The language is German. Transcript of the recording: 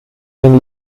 den